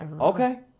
okay